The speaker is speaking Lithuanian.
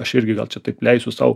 aš irgi gal čia taip leisiu sau